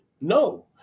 No